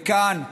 וכאן,